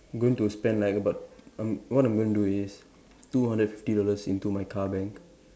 going to spend like about um what I'm gonna do is two hundred and fifty dollars into my car bank